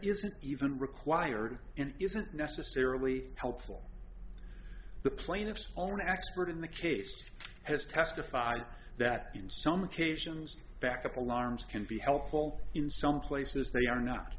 isn't even required and isn't necessarily helpful the plaintiffs are an expert in the case has testified that in some occasions backup alarms can be helpful in some places they are not